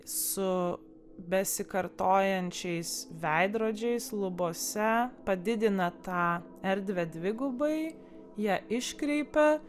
su besikartojančiais veidrodžiais lubose padidina tą erdvę dvigubai ją iškreipia